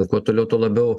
kuo toliau tuo labiau